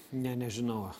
ne nežinau